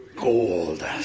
gold